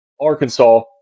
Arkansas